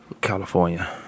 California